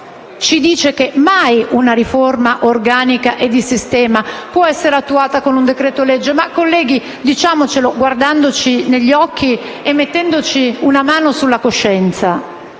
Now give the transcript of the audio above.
fa, che mai una riforma organica e di sistema può essere attuata con un decreto-legge. Colleghi, guardandoci negli occhi e mettendoci una mano sulla coscienza,